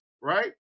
right